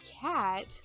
cat